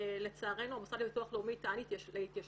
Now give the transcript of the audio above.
לצערנו המוסד לביטוח לאומי טען להתיישנות,